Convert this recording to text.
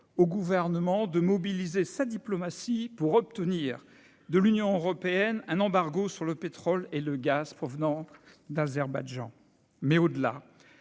au Gouvernement de mobiliser sa diplomatie pour obtenir de l'Union européenne un embargo sur le pétrole et le gaz provenant d'Azerbaïdjan. Mais, au-delà,